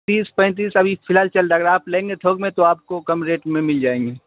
تیس پینتیس ابھی فی الحال چل رہا ہے اگر آپ لیں گے تھوک میں تو آپ کو کم ریٹ میں مل جائیں گے